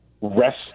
rest